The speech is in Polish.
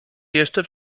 jeszcze